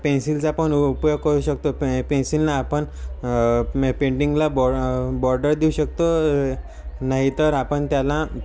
पेन्सिलचापण उपयोग करू शकतो प पेन्सिलनं आपण पेंटिंगला बॉ बॉर्डर देऊ शकतो नाहीतर आपण त्याला